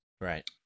Right